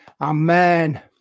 Amen